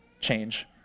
change